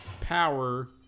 power